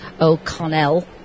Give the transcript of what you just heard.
O'Connell